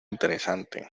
interesante